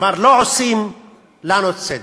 כלומר, לא עושים אתנו צדק,